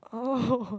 oh